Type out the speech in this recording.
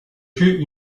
plus